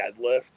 deadlift